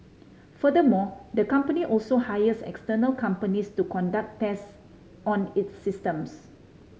furthermore the company also hires external companies to conduct test on its systems